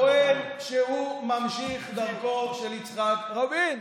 טוען שהוא ממשיך דרכו של יצחק רבין.